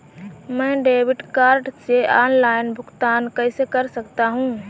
मैं debit card से online भुगतान कैसे कर सकता हूँ?